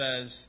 says